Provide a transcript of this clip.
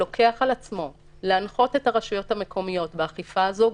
שלוקח על עצמו להנחות את הרשויות המקומיות באכיפה הזו,